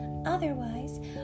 Otherwise